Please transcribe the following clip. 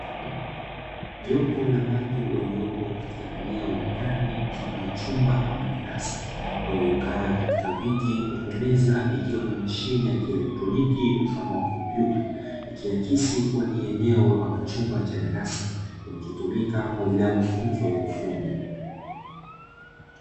Jopo la watu waliopo katika eneo la ndani mfano wa chumba ama darasa, waliokaa katika viti huku meza ikiwa na mashine ya kieletroniki mfano wa kompyuta. Ikiakisi kua ni eneo ama chumba cha darasa, kinachotumika kwa ajili ya mafunzo ya ufundi.